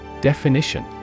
Definition